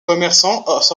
commerçants